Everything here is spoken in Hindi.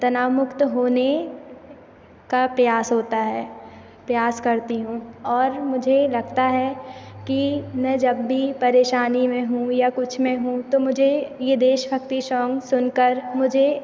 तनावमुक्त होने का प्रयास होता है प्रयास करती हूँ और मुझे लगता है कि मैं जब भी परेशानी में हूँ या कुछ में हूँ तो मुझे ये देशभक्ति शोंग सुनकर मुझे